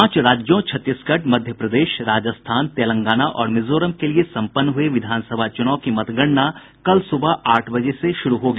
पांच राज्यों छत्तीसगढ़ मध्य प्रदेश राजस्थान तेलंगाना और मिजोरम के लिये सम्पन्न हुए विधानसभा चुनाव की मतगणना कल सुबह आठ बजे से शुरू होगी